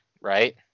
right